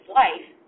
life